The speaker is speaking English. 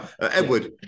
edward